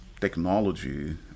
technology